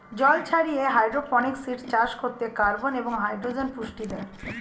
জল ছাড়িয়ে হাইড্রোপনিক্স চাষ করতে কার্বন এবং হাইড্রোজেন পুষ্টি দেয়